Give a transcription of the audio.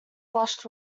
flushed